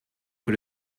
que